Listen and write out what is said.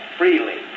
freely